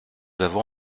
avons